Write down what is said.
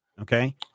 Okay